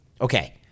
Okay